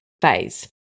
phase